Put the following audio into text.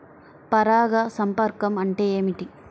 పరాగ సంపర్కం అంటే ఏమిటి?